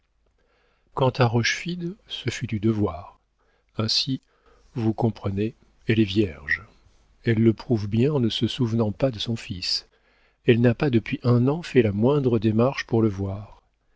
à rochefide ce fut du devoir ainsi vous comprenez elle est vierge elle le prouve bien en ne se souvenant pas de son fils elle n'a pas depuis un an fait la moindre démarche pour le voir